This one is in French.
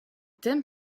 thème